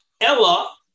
Ella